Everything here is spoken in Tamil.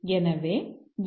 எனவே எம்